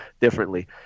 differently